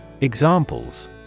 Examples